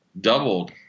doubled